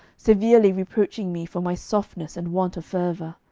severely reproaching me for my softness and want of fervour.